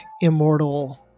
immortal